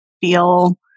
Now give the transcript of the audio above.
feel